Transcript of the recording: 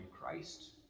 Christ